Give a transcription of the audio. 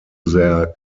their